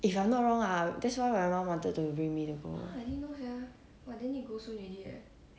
if I'm not wrong ah that's why my mom wanted to bring me to go